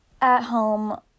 at-home